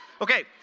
Okay